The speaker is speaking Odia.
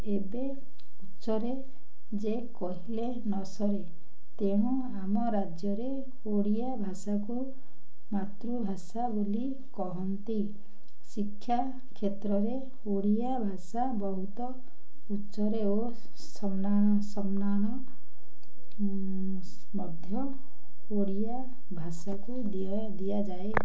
ଏବେ ଉଚ୍ଚରେ ଯେ କହିଲେ ନ ସରେ ତେଣୁ ଆମ ରାଜ୍ୟରେ ଓଡ଼ିଆ ଭାଷାକୁ ମାତୃଭାଷା ବୋଲି କୁହନ୍ତି ଶିକ୍ଷା କ୍ଷେତ୍ରରେ ଓଡ଼ିଆ ଭାଷା ବହୁତ ଉଚ୍ଚରେ ଓ ସମ୍ମାନ ମଧ୍ୟ ଓଡ଼ିଆ ଭାଷାକୁ ଦିଆଯାଏ